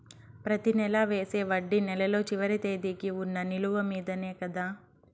ప్రతి నెల వేసే వడ్డీ నెలలో చివరి తేదీకి వున్న నిలువ మీదనే కదా?